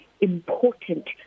important